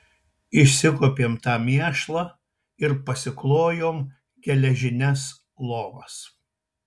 išsikuopėm tą mėšlą ir pasiklojom geležines lovas